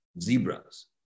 zebras